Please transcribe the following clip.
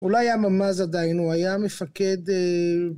אולי הממז עדיין הוא היה מפקד...